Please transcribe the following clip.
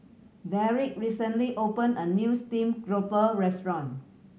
Darrick recently opened a new steamed grouper restaurant